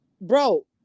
bro